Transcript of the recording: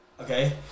Okay